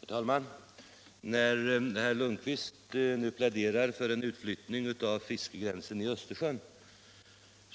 Herr talman! När herr Lundkvist nu pläderar för en utflyttning av fiskegränsen i Östersjön,